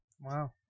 Wow